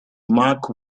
mark